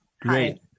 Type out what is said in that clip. Great